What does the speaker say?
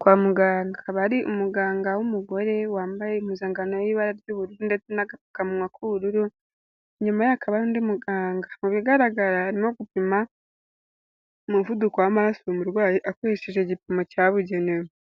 kwa muganga. Akaba ari umuganga w'umugore wambaye impuzankano y'ibara ry'ubururu n'agapfukamunwa k'ubururu, inyuma ye hakaba hari undi muganga, mu bigaragara arimo gupima umuvuduko w'amaraso umurwayi akoresheje igipimo cyabugenewe.